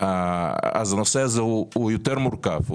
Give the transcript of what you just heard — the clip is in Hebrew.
אז הנושא זה הוא יותר מורכב.